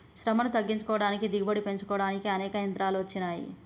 శ్రమను తగ్గించుకోడానికి దిగుబడి పెంచుకోడానికి అనేక యంత్రాలు అచ్చినాయి